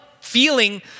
feeling